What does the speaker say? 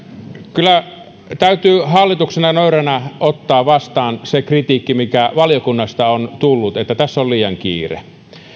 kyllä täytyy hallituksena nöyränä ottaa vastaan se kritiikki mikä valiokunnasta on tullut että tässä on liian kiire